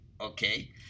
Okay